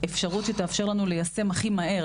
האפשרות שתאפשר לנו ליישם הכי מהר,